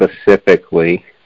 specifically